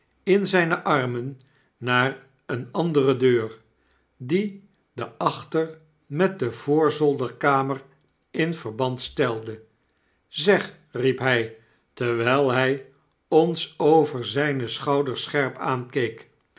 in zyne armen naar eene andere deur die de achter met de voorzolderkamer inverband stelde zeg riep hy terwrjl hy ons over zijne schouders scherp aankeek